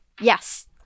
Yes